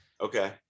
Okay